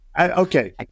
okay